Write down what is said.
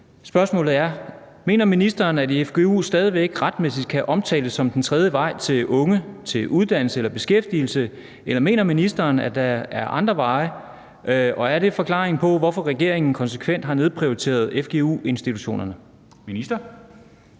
Spørgsmålet er: Mener ministeren, at fgu stadig retmæssigt kan omtales som »den tredje vej« for unge til uddannelse eller beskæftigelse, eller mener ministeren, at der er andre veje, og er det forklaringen på, at regeringen konsekvent har nedprioriteret fgu-institutionerne? Kl.